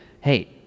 hey